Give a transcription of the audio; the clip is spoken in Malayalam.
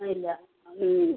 ആ ഇല്ല